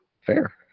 Fair